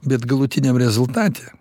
bet galutiniam rezultate